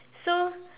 so